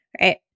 Right